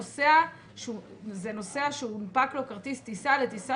נוסע נוסע שהונפק לו כרטיס טיסה לטיסה